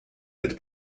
mit